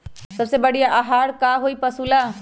सबसे बढ़िया आहार का होई पशु ला?